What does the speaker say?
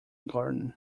garden